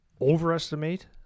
overestimate